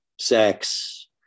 sex